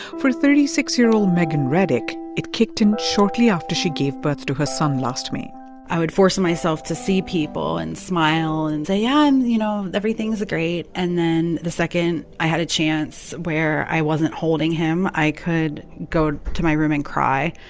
for thirty six year old meghan reddick, it kicked in shortly after she gave birth to her son last may i would force myself to see people and smile and say, yeah, um you know, everything's great. and then the second i had a chance where i wasn't holding him, i could go to my room and cry.